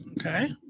Okay